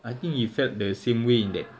I think you felt the same way in that